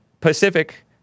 Pacific